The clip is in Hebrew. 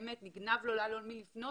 באמת נגנב לו, לא היה לו למי לפנות.